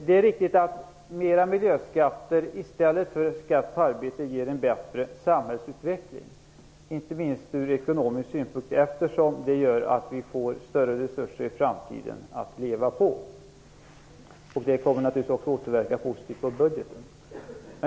Det är riktigt att mer miljöskatter i stället för skatt på arbete ger en bättre samhällsutveckling, inte minst ur ekonomisk synpunkt, eftersom det gör att vi får större resurser att leva på i framtiden. Det kommer naturligtvis att återverka positivt på budgeten.